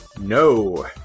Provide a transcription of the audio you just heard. no